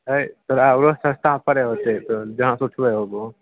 हइ तोहरा आओर सस्ता पड़ै होतै तऽ जहाँसे तोँ लाबै हेबहो